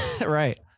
Right